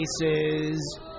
faces